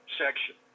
section